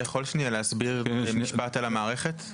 אתה יכול שנייה להסביר במשפט על המערכת?